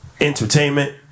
entertainment